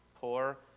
poor